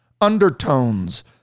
undertones